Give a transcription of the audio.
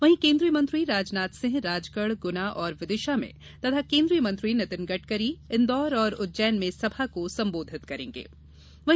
वहीं केन्द्रीय मंत्री राजनाथ सिंह राजगढ गुना और विदिशा में केन्द्रीय मंत्री नितिन गड़करी इंदौर उज्जैन में सभा को संबोधित करने का कार्यक्रम है